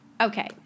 Okay